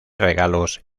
regalos